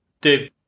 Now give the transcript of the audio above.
Dave